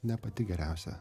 ne pati geriausia